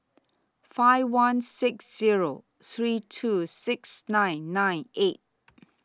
five one six Zero three two six nine nine eight